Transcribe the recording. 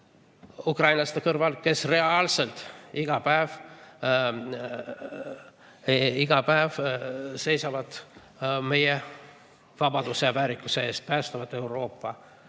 ukrainlaste kõrval, kes reaalselt iga päev seisavad meie vabaduse ja väärikuse eest, päästvad Euroopa